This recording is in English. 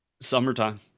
summertime